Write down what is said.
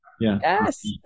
yes